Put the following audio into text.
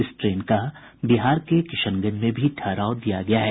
इस ट्रेन का बिहार के किशनगंज में भी ठहराव दिया गया है